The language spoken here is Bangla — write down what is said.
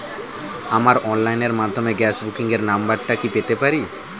আমার অনলাইনের মাধ্যমে গ্যাস বুকিং এর নাম্বারটা কি পেতে পারি?